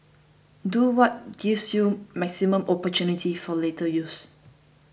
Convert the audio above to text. do what gives you maximum opportunities for later use